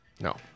No